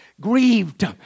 Grieved